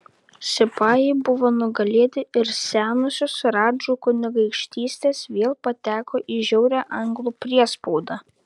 sipajai buvo nugalėti ir senosios radžų kunigaikštystės vėl pateko į žiaurią anglų priespaudą